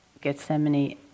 Gethsemane